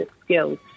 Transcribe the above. skills